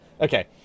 Okay